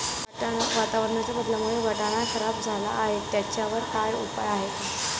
वातावरणाच्या बदलामुळे वाटाणा खराब झाला आहे त्याच्यावर काय उपाय आहे का?